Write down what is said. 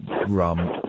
rum